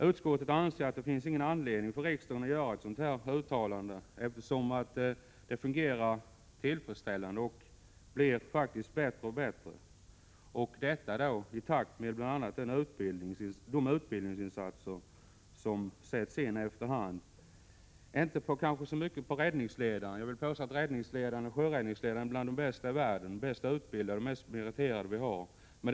Utskottet anser att det inte finns någon anledning för riksdagen att göra ett sådant här uttalande, eftersom verksamheten fungerar tillfredsställande och faktiskt löper bättre och bättre — detta i takt med de utbildningsinsatser som efter hand sätts in. Utbildningen avser inte så mycket räddningsledaren. Jag vill påstå att våra sjöräddningsledare tillhör de bästa i världen — de är de mest välutbildade och mest meriterade vi har på området.